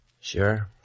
Sure